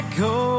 go